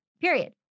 period